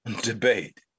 debate